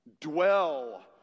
dwell